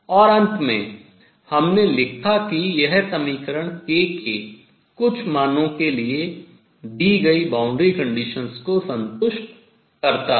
और अंत में हमने लिखा कि यह समीकरण k के कुछ मानों के लिए दी गई boundary conditions सीमा प्रतिबंधों शर्तें को संतुष्ट करता है